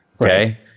Okay